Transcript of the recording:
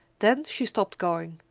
then she stopped going,